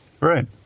Right